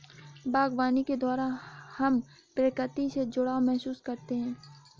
बागवानी के द्वारा हम प्रकृति से जुड़ाव महसूस करते हैं